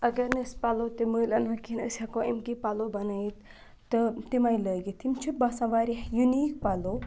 اگر نہٕ أسۍ پَلو تہِ مٔلۍ اَنو کِہینۍ أسۍ ہٮ۪کو اَمکی پَلو بَنٲیِتھ تہٕ تِمٕے لٲگِتھ یِم چھِ باسان واریاہ یوٗنیٖک پَلو